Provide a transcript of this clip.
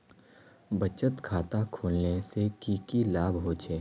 बचत खाता खोलने से की की लाभ होचे?